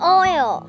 oil